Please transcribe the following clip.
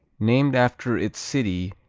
named after its city,